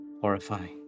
Horrifying